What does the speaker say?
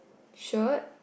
short